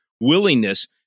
willingness